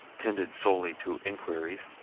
tended solely to inquiries,